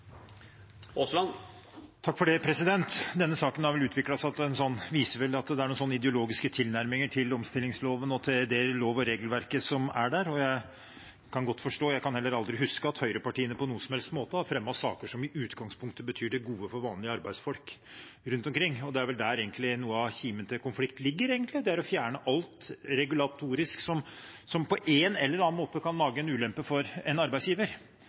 noen ideologiske tilnærminger til omstillingsloven og til det lov- og regelverket som er der. Det kan jeg godt forstå. Jeg kan heller aldri huske at høyrepartiene på noen som helst måte har fremmet saker som i utgangspunktet betyr det gode for vanlige arbeidsfolk rundt omkring. Det er vel egentlig der noe av kimen til konflikten ligger, i det å fjerne alt regulatorisk som på en eller annen måte kan lage en ulempe for en arbeidsgiver